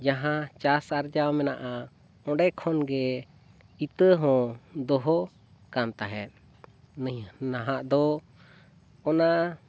ᱡᱟᱦᱟᱸ ᱪᱟᱥ ᱟᱨᱡᱟᱣ ᱢᱮᱱᱟᱜᱼᱟ ᱚᱸᱰᱮ ᱠᱷᱚᱱ ᱜᱮ ᱤᱛᱟᱹ ᱦᱚᱸ ᱫᱚᱦᱚ ᱠᱟᱱ ᱛᱟᱦᱮᱸᱫ ᱱᱟᱦᱟᱜ ᱫᱚ ᱚᱱᱟ